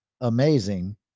amazing